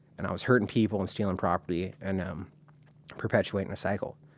and i was hurtin' people and stealin' property. and um perpetuating the cycle,